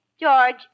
George